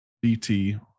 bt